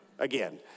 Again